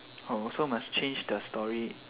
oh also must change the story